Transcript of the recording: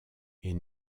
est